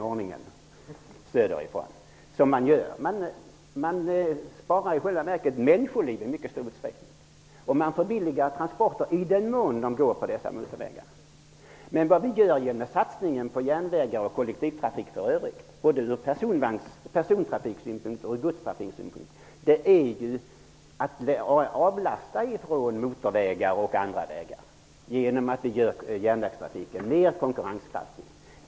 Man sparar i själva verket människoliv i mycket stor utsträckning och får billiga transporter i den mån de går på dessa motorvägar. Med vår satsning på järnvägar och kollektivtrafik i övrigt avlastar vi -- både från persontrafiksynpunkt och från godstrafiksynpunkt -- trafiken på motorvägar och andra vägar genom att vi gör järnvägstrafiken mer konkurrenskraftig.